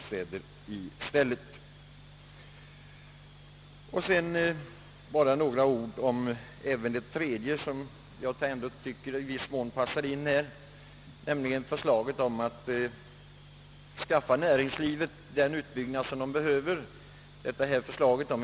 Sedan vill jag bara säga några ord också om ett tredje område som jag tycker passar att ta upp nämligen förslaget om att tillförsäkra näringslivet den utbyggnad som behövs.